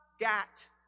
got